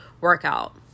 workout